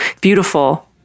beautiful